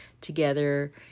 together